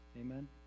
Amen